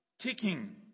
ticking